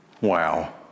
Wow